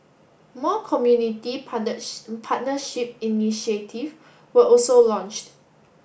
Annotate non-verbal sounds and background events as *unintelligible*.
more community *unintelligible* partnership initiative were also launched